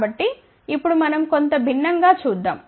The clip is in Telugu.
కాబట్టి ఇప్పుడు మనం కొంత భిన్నంగా చూద్దాం